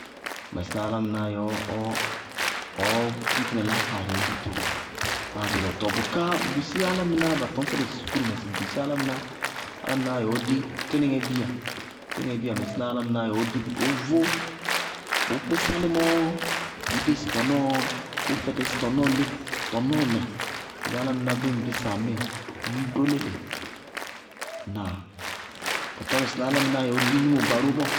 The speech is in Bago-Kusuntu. Bʋ yelé bʋ mɛsína álámɩnáá yɛ ɔɔ bʋtina ɔ laákaarɩ ɔ dito. Tɔɔ bʋká bʋ bisí álámɩnáá, batɔñ fɛ dʋ sukúru mɛ sɩ bʋ bisí álámɩnáá yɛ ɔɔ dí tínɩŋɛ bíya, tínɩŋɛ bíya mɛsɩná álámɩnáá yɛ ɔɔ dí bɩ bʋʋ vʋ, bʋʋ kpí sálɩmɔ, bʋʋ dési tɔnɔɔ bʋʋ fɛtɛsí tɔnɔɔ leki tɔnɔɔ mɛ bʋ yelé álámɩná bíɩ ŋ bísa ŋmíɩ ŋñ dó léle, ŋnáa? Bʋtá mɛsɩná álámɩnáá yɛ ɔɔ dí gnimo gba ró bɔɔ,